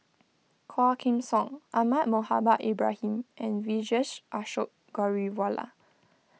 Quah Kim Song Ahmad Mohamed Ibrahim and Vijesh Ashok Ghariwala